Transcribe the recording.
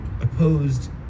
opposed